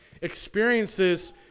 experiences